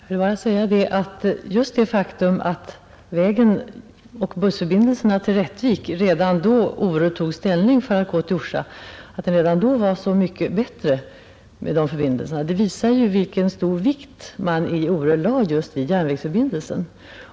Herr talman! Jag vill bara säga att redan när Ore beslöt att gå till Orsa var bussförbindelserna till Rättvik så mycket bättre som det här sades, och det visar ju vilken oerhörd vikt man i Ore tillmätte järnvägsförbindelserna.